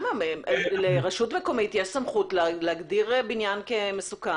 לרשות מקומית יש סמכות להגדיר בניין כמסוכן,